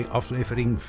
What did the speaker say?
aflevering